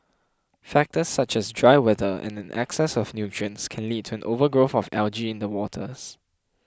factors such as dry weather and an excess of nutrients can lead to an overgrowth of algae in the waters